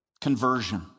Conversion